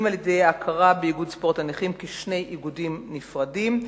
אם על-ידי ההכרה באיגוד ספורט הנכים כשני איגודים נפרדים,